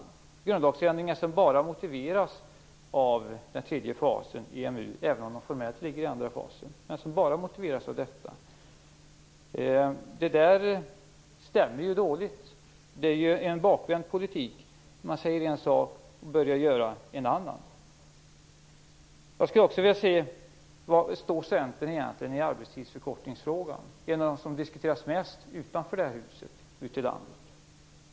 Det är grundlagsändringar som bara motiveras av den tredje fasen, även om det formellt ligger i den andra fasen. Det är ändringar som bara motiveras av detta. Det stämmer ju dåligt. Det är en bakvänd politik. Man säger en sak och börjar göra en annan. Jag skulle också vilja veta var Centern egentligen står i fråga om arbetstidsförkortning. Det är en av de frågor som diskuteras mest utanför det här huset, ute i landet.